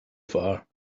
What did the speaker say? far